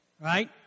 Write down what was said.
right